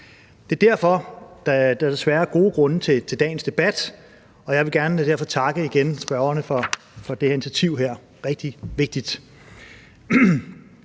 at der desværre er gode grunde til dagens debat, og derfor vil jeg gerne igen takke spørgerne, for det her initiativ er rigtig vigtigt.